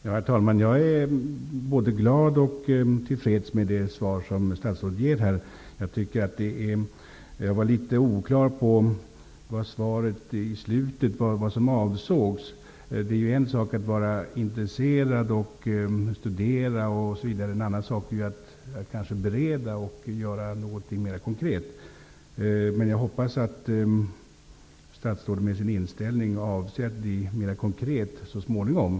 Herr talman! Jag är både glad och till freds med det svar som statsrådet ger. Det kändes litet oklart vad som avsågs med slutet av svaret. Det är en sak att vara intresserad och att studera, en annan sak är att bereda och att göra något mer konkret. Men jag hoppas att statsrådet med sin inställning avser att göra något mer konkret så småningom.